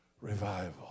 revival